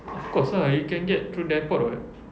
of course lah you can get through the airport [what]